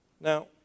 Now